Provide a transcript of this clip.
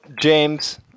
James